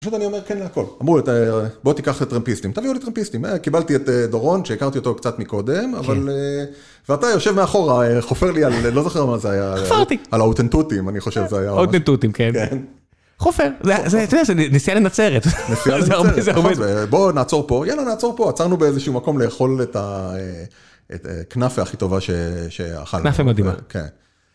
פשוט אני אומר כן להכל, אמרו בוא תיקח טרמפיסטים, תביאו לי טרמפיסטים. קיבלתי את דורון שהכרתי אותו קצת מקודם, כן, אבל, ואתה יושב מאחורה חופר לי על לא זוכר על מה זה היה, חפרתי, על ההוטנטוטים אני חושב זה היה, הוטנטוטים כן, חופר, אתה יודע שזה נסיעה לנצרת, נסיעה לנצרת, בוא נעצור פה יאללה נעצור פה עצרנו באיזשהו מקום לאכול את הכנאפה הכי טובה שאכלנו. כנאפה מדהימה, כן